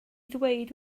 ddweud